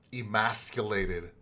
emasculated